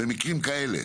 במקרים כאלה.